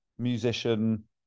musician